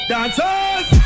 Dancers